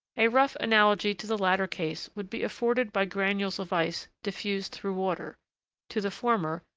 a rough analogy to the latter case would be afforded by granules of ice diffused through water to the former,